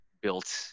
built